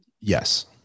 Yes